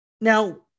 now